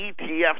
ETF